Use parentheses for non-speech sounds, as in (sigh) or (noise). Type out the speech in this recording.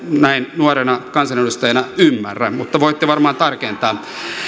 (unintelligible) näin nuorena kansanedustajana ymmärrä mutta voitte varmaan tarkentaa